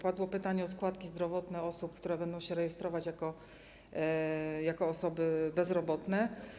Padło pytanie o składki zdrowotne osób, które będą się rejestrować jako osoby bezrobotne.